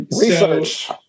Research